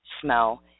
smell